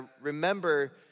remember